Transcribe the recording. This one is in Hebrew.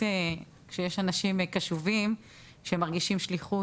כשיש אנשים קשובים שמרגישים שליחות,